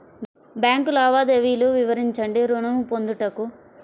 Bank లావాదేవీలు వివరించండి ఋణము పొందుటకు?